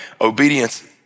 Obedience